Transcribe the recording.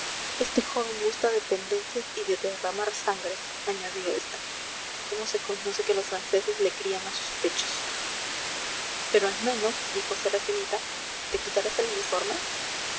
este joven gusta de pendencias y de derramar sangre añadió esta cómo se conoce que los franceses le crían a sus pechos pero al menos dijo serafinita te quitarás el uniforme